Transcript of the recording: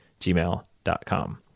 gmail.com